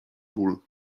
ból